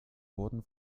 wurden